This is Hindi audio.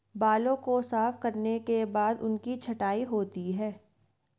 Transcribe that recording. बालों को साफ करने के बाद उनकी छँटाई होती है